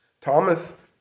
Thomas